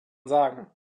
sagen